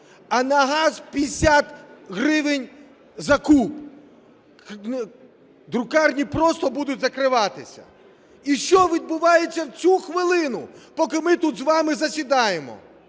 а на газ – 50 гривень за куб. Друкарні просто будуть закриватися. І що відбувається в цю хвилину, поки ми тут з вами засідаємо?